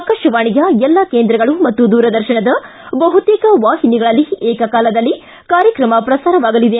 ಆಕಾಶವಾಣಿಯ ಎಲ್ಲಾ ಕೇಂದ್ರಗಳು ಮತ್ತು ದೂರದರ್ಶನದ ಬಹುತೇಕ ವಾಹಿನಿಗಳಲ್ಲಿ ಏಕಕಾಲದಲ್ಲಿ ಕಾರ್ಯಕ್ರಮ ಪ್ರಸಾರವಾಗಲಿದೆ